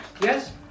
Yes